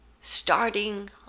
starting